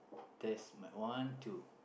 test mike one two